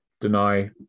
deny